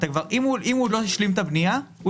אם הוא עוד לא השלים את הבנייה הוא